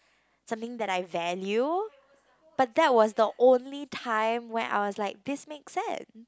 something that I value but that was the only time when I was like this make sense